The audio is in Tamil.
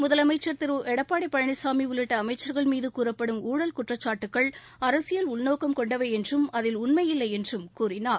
முதலமைச்சர் திரு எடப்பாடி பழனிசாமி உள்ளிட்ட அமைச்சர்கள் மீது கூறப்படும் ஊழல் குற்றச்சாட்டுகள் அரசியல் உள்நோக்கம் கொண்டவை என்றும் அதில் உண்மையில்லை என்றும் கூறினார்